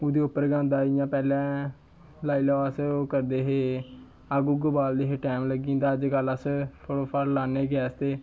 ओह्दे उप्पर गै होंदा जियां पैह्लें लाई लैओ अस ओह् करदे हे अग्ग उग्ग बालदे हे टैम लग्गी जंदा हा अज्जकल अस फटोफट लान्ने गैस ते